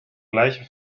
gleiche